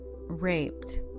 raped